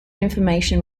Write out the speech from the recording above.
information